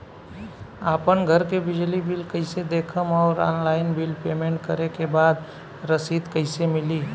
आपन घर के बिजली बिल कईसे देखम् और ऑनलाइन बिल पेमेंट करे के बाद रसीद कईसे मिली?